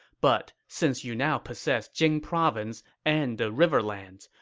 but since you now possess jing province and the riverlands,